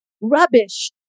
rubbish